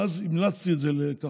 ואז המלצתי את זה לכחלון,